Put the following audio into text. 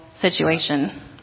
situation